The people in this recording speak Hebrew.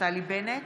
נפתלי בנט,